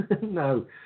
no